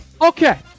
Okay